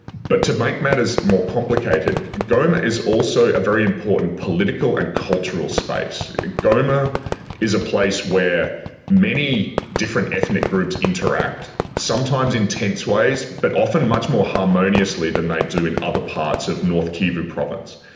but to make matters more complicated, goma is also a very important political and cultural space. goma is a place where many different ethnic groups interact sometimes in tense ways but often much more harmoniously than they do in other parts of north kivu province.